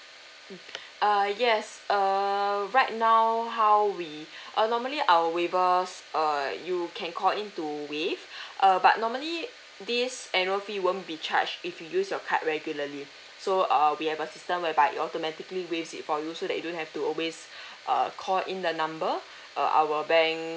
mm err yes err right now how we uh normally our waivers err you can call in to waive uh but normally this annual fee won't be charged if you use your card regularly so err we have a system whereby it automatically waives it for you so that you don't have to always uh call in the number uh our bank